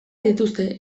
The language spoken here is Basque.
dituzte